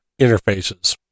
interfaces